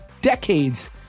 decades